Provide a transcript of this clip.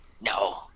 No